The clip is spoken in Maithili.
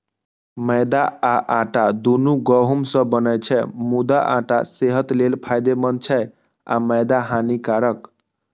मैदा आ आटा, दुनू गहूम सं बनै छै, मुदा आटा सेहत लेल फायदेमंद छै आ मैदा हानिकारक